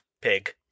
pig